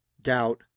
doubt